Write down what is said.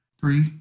Three